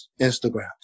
Instagram